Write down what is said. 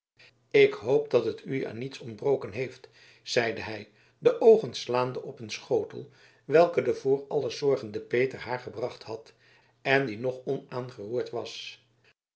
ik hoop dat het u aan niets ontbroken heeft zeide hij de oogen slaande op een schotel welken de voor alles zorgende peter haar gebracht had en die nog onaangeroerd was